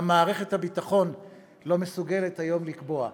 גם מערכת הביטחון לא מסוגלת היום לקבוע.